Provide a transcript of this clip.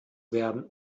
werden